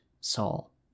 Saul